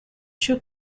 two